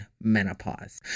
menopause